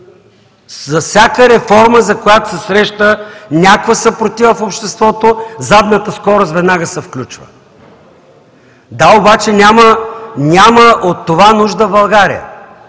За всяка реформа, за която се среща някаква съпротива в обществото, задната скорост веднага се включва! Да, обаче България няма нужда от това.